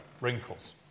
wrinkles